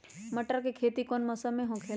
मटर के खेती कौन मौसम में होखेला?